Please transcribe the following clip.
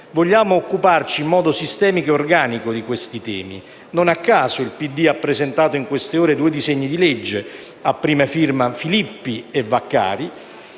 Vogliamo occuparci in modo sistemico e organico di questi temi. Non a caso il PD ha presentato in queste ore due disegni di legge a prima firma Filippi e Vaccari,